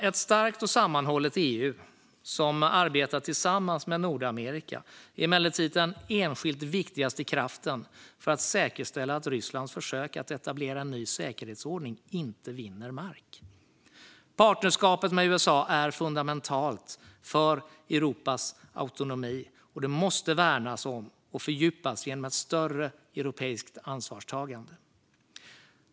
Ett starkt och sammanhållet EU som arbetar tillsammans med Nordamerika är emellertid den enskilt viktigaste kraften för att säkerställa att Rysslands försök att etablera en ny säkerhetsordning inte vinner mark. Partnerskapet med USA är fundamentalt för Europas autonomi och måste värnas och fördjupas genom ett större europeiskt ansvarstagande.